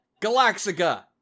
Galaxica